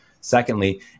secondly